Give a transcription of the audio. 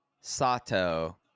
Sato